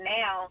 now